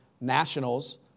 nationals